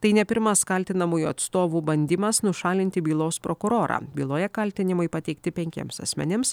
tai ne pirmas kaltinamųjų atstovų bandymas nušalinti bylos prokurorą byloje kaltinimai pateikti penkiems asmenims